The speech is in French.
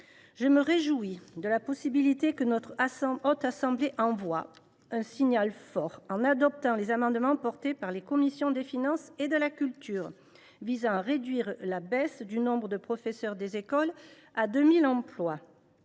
Je me réjouis de la possibilité que notre Haute Assemblée envoie un signal fort en adoptant les amendements des commissions des finances et de la culture visant à réduire la baisse du nombre de professeurs des écoles à 2 000 emplois.